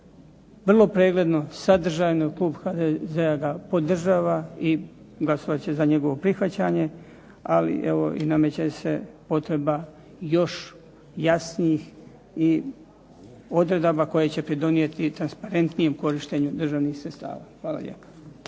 vrlo pregledno, sadržajno i klub HDZ-a ga podržava i glasovat će za njegovo prihvaćanje. Ali evo i nameće se potreba još jasnijih i odredaba koje će pridonijeti i transparentnijem korištenju državnih sredstava. Hvala lijepa.